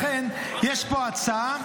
לכן יש פה הצעה.